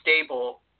stable